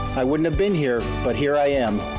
i wouldn't have been here, but here i am!